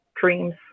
dreams